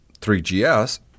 3GS